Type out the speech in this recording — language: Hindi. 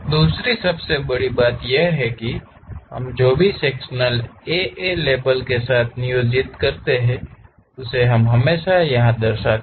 दूसरी सबसे बड़ी बात यह है कि हम जो भी सेक्शन AA लेबल के साथ नियोजित करते हैं उसे हम हमेशा दर्शाते हैं